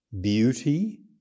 beauty